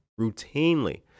routinely